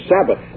Sabbath